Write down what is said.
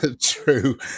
true